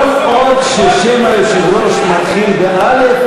כל עוד שם היושב-ראש מתחיל באל"ף,